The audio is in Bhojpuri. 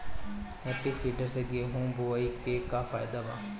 हैप्पी सीडर से गेहूं बोआई के का फायदा बा?